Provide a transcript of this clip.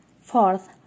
Fourth